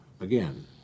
Again